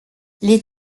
les